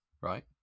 right